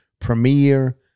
premiere